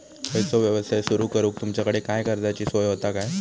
खयचो यवसाय सुरू करूक तुमच्याकडे काय कर्जाची सोय होता काय?